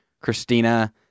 Christina